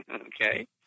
okay